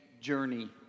journey